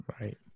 right